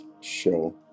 show